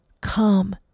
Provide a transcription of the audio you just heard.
Come